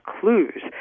clues